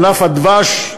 ענף הדבש,